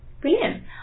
Brilliant